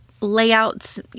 layouts